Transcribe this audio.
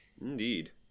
Indeed